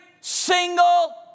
single